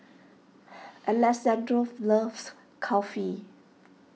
Alessandro loves Kulfi